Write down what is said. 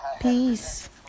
Peace